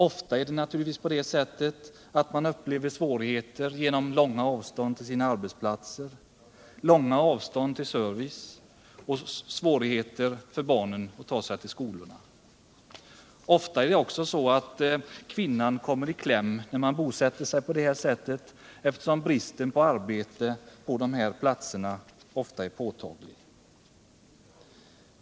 Ofta upplever de naturligtvis svårigheter genom långa avstånd till arbetsplatser och till service och svårigheter för barnen att ta sig till. skolan. Ofta kommer också kvinnan i kläm när man bosätter sig på det här sättet, eftersom bristen på arbete på de här platserna ofta är påtaglig.